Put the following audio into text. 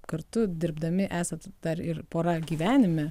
kartu dirbdami esat dar ir pora gyvenime